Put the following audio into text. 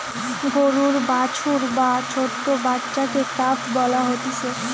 গরুর বাছুর বা ছোট্ট বাচ্চাকে কাফ বলা হতিছে